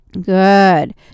Good